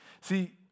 See